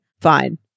fine